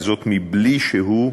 וזאת מבלי שהוא,